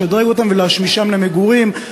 לשדרג אותם ולהשמישם למגורים.